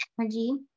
Energy